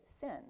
sin